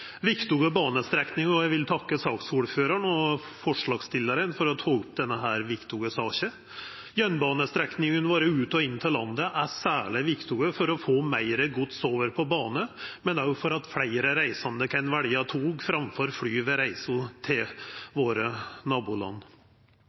viktige banestrekningar, og eg vil takka saksordføraren og forslagsstillarene for å ta opp denne viktige saka. Jernbanestrekningane våre ut og inn av landet er særleg viktige for å få meir gods over på bane, men òg for at fleire reisande kan velja tog framfor fly ved reise til